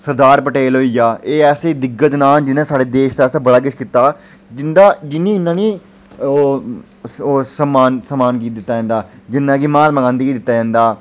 सरदार पटेल होई गेआ एह् ऐसे दिग्गज न जि'नें साढ़े देश आस्तै बडा किश कीता हा जिंदा जि'नें गी इन्ना नेईं ओह् ओह् समान समान दित्ता जंदा जिन्ना कि म्हात्मा गांधी गी दित्ता जंदा